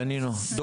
שרן,